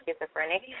schizophrenic